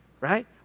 Right